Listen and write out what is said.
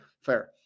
Fair